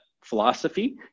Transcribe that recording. philosophy